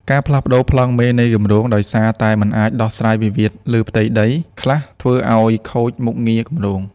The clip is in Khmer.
ការផ្លាស់ប្តូរប្លង់មេនៃគម្រោងដោយសារតែមិនអាចដោះស្រាយវិវាទលើផ្ទៃដីខ្លះ ធ្វើឱ្យខូចមុខងារគម្រោង។